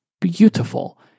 beautiful